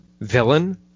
villain